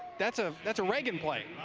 that's ah that's a reagan play.